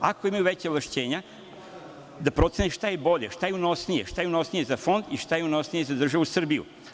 Ako imaju veća ovlašćenja da procene šta je bolje, šta je unosnije za fond i šta je unosnije za državu Srbiju.